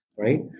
Right